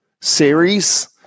series